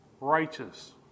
righteous